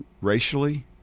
racially